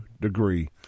degree